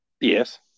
Yes